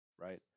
Right